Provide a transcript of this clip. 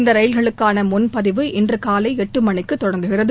இந்த ரயில்களுக்கான முன்பதிவு இன்று காலை எட்டு மணிக்குத் தொடங்குகிறது